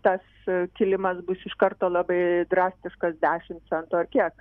tas kilimas bus iš karto labai drastiškas dešimt centų ar kiek